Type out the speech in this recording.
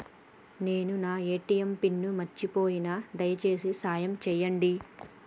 నేను నా ATM pin మర్చిపోయిన, దయచేసి సాయం చేయండి